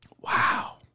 Wow